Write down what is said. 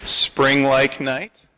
springlike night